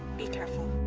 be careful.